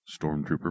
Stormtrooper